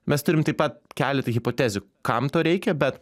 mes turim taip pat keletą hipotezių kam to reikia bet